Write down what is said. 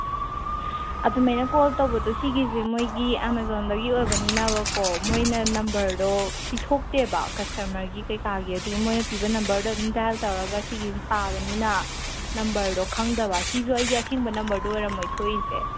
ꯑꯗꯨꯃꯥꯏꯅ ꯀꯣꯜ ꯇꯧꯕꯗꯣ ꯁꯤꯒꯤꯁꯦ ꯃꯣꯏꯒꯤ ꯑꯦꯃꯥꯖꯣꯟꯗꯒꯤ ꯑꯣꯏꯕꯅꯤꯅꯕꯀꯣ ꯃꯣꯏꯅ ꯅꯝꯕꯔꯗꯣ ꯄꯤꯊꯣꯛꯇꯦꯕ ꯀꯁꯇꯃꯔꯒꯤ ꯀꯩꯀꯥꯒꯤ ꯑꯗꯨꯒꯤ ꯃꯣꯏꯅ ꯄꯤꯕ ꯅꯝꯕꯔꯗꯨꯗ ꯑꯗꯨꯃ ꯗꯥꯏꯜ ꯇꯧꯔꯒ ꯁꯤꯒꯤꯁꯦ ꯇꯥꯕꯅꯤꯅ ꯅꯝꯕꯔꯗꯣ ꯈꯪꯗꯕ ꯁꯤꯁꯨ ꯑꯩꯒꯤ ꯑꯁꯦꯡꯕ ꯅꯝꯕꯔꯗꯨ ꯑꯣꯏꯔꯝꯃꯣꯏ ꯊꯣꯛꯏꯁꯦ